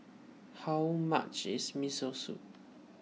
how much is Miso Soup